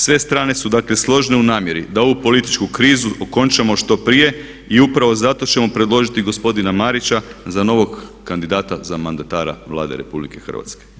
Sve strane su dakle složne u namjeri da ovu političku krizu okončamo što prije i upravo zato ćemo predložiti gospodina Marića za novog kandidata za mandatara Vlade Republike Hrvatske.